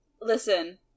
Listen